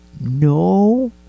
No